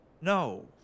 No